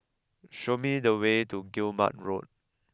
show me the way to Guillemard Road